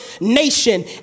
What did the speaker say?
nation